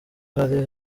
hari